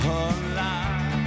alive